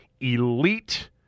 elite